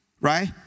right